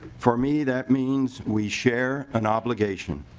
for me that means we share an obligation.